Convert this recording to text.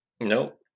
Nope